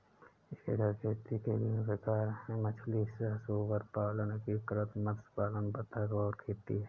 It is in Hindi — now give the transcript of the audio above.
एकीकृत खेती के विभिन्न प्रकार हैं मछली सह सुअर पालन, एकीकृत मत्स्य पालन बतख और खेती